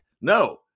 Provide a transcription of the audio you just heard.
No